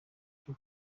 cyo